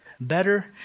better